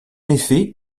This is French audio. effet